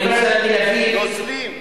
נוזלים?